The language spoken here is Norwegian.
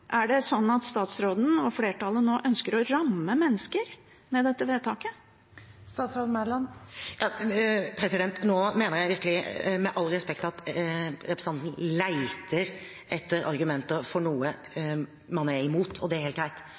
statsråden og flertallet å ramme mennesker med dette vedtaket? Nå mener jeg virkelig – med all respekt – at representanten Andersen leter etter argumenter for noe man er imot, og det er helt